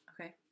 Okay